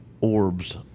orbs